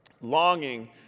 longing